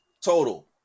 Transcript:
total